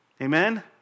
Amen